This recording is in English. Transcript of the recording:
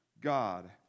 God